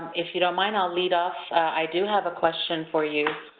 if you don't mind, i'll lead off. i do have a question for you.